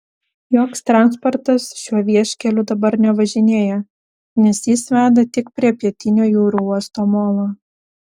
joks transportas šiuo vieškeliu dabar nevažinėja nes jis veda tik prie pietinio jūrų uosto molo